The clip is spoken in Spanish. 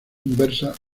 inversa